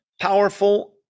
powerful